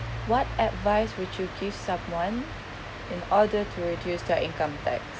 what advice would you give someone in order to reduce their income tax